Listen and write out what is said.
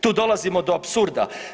Tu dolazimo do apsurda.